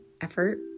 effort